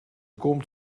komt